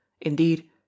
indeed